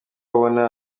abona